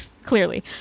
clearly